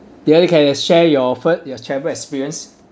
dear you can share your fir~ your travel experience